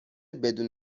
بدون